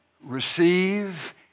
Receive